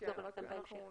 ונחזור אליו בהמשך.